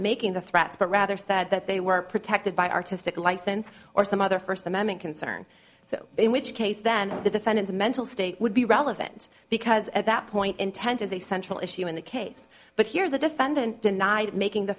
making the threats but rather said that they were protected by artistic license or some other first amendment concern so in which case then the defendant's mental state would be relevant because at that point intent is a central issue in the case but here the defendant denied making the